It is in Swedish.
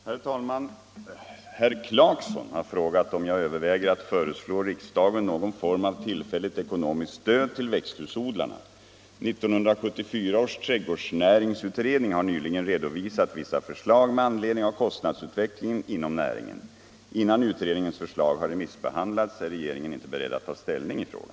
Herr talman! Herr Clarkson har frågat om jag överväger att föreslå riksdagen någon form av tillfälligt ekonomiskt stöd till växthusodlarna. 1974 års trädgårdsnäringsutredning har nyligen redovisat vissa förslag med anledning av kostnadsutvecklingen inom näringen. Innan utredningens förslag har remissbehandlats är regeringen inte beredd att ta ställning i frågan.